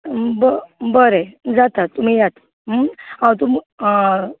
ब बरें जाता तुमी यात हांव तुम्